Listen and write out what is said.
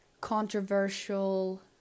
controversial